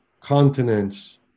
continents